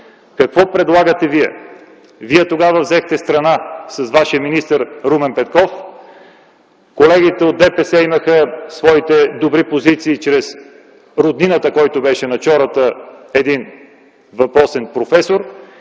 Какво предлагате вие? Вие тогава с вашия министър Румен Петков взехте страна. Колегите от ДПС имаха своите добри позиции чрез роднината, който беше на Чората – един въпросен професор.